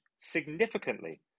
significantly